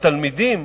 לתלמידים